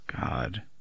God